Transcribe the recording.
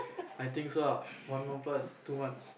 I think so ah one month plus two months